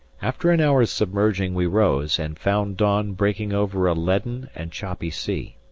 after an hour's submerging we rose, and found dawn breaking over a leaden and choppy sea.